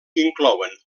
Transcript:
inclouen